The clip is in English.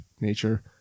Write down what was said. nature